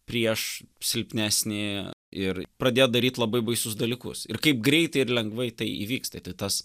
prieš silpnesnį ir pradėjo daryt labai baisius dalykus ir kaip greitai ir lengvai tai įvyksta tai tas